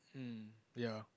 hmm ya